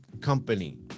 company